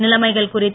நிலைமைகள் குறித்து